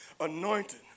anointed